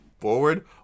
forward